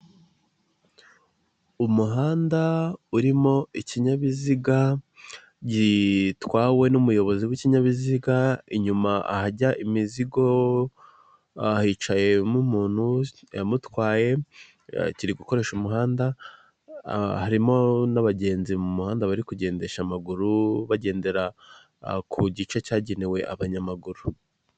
Umuhanda urimo ikinyabiziga gitwawe n'umuyobozi w'ikinyabiziga, inyuma ahajya imizigo hicayemo umuntu kiramutwaye kiri gukoresha umuhanda, harimo n'abagenzi mu muhanda bari kugendesha amaguru, bagendera ku gice cyagenewe abanyamaguru.